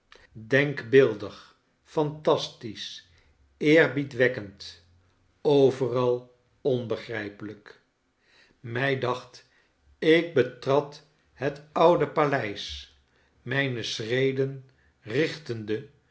denkbeeldig phantastisch eerbiedwekkend overal onbegrijpelijk mij dacht ik betrad het oude paleis mijne schreden richtende